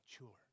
mature